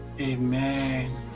Amen